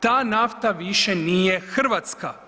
ta nafta više nije hrvatska.